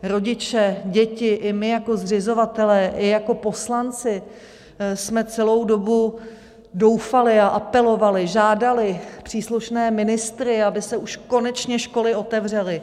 Rodiče, děti i my jako zřizovatelé i jako poslanci jsme celou dobu doufali a apelovali, žádali příslušné ministry, aby se už konečně školy otevřely.